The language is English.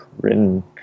written